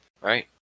right